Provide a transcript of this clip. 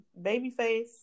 Babyface